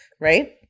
right